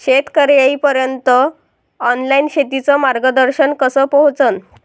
शेतकर्याइपर्यंत ऑनलाईन शेतीचं मार्गदर्शन कस पोहोचन?